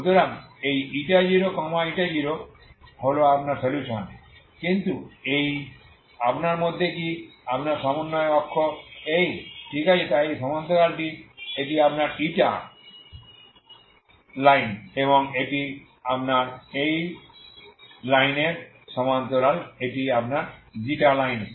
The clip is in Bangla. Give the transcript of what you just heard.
সুতরাং এই 00 হল আপনার সলিউশন কি এই এই আপনার মধ্যে কি আপনার সমন্বয় অক্ষ এই ঠিক আছে তাই এটি সমান্তরাল এটি আপনার ইটা লাইন এবং এটি আপনার এই এই লাইনের সমান্তরাল সুতরাং এটি আপনার ξ লাইন